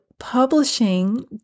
Publishing